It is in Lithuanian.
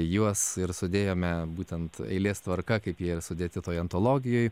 juos ir sudėjome būtent eilės tvarka kaip jie ir sudėti toj antologijoj